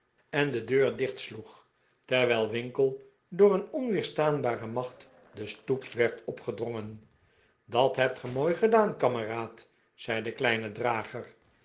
opende de deur op deur dichtsloeg terwijl winkle door een onweerstaanbare macht de stoep werd opgedrongen pat hebt ge mooi gedaan kameraad zei de kleine drager